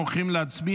32 בעד, שבעה מתנגדים.